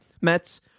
Mets